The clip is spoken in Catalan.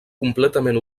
completament